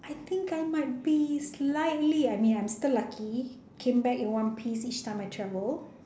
I think I might be slightly I mean I'm still lucky came back in one piece each time I travel